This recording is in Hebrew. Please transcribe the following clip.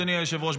אדוני היושב-ראש,